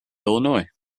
illinois